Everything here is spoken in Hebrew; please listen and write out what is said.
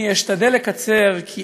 אני אשתדל לקצר, כי